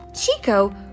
Chico